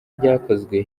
ryakozwe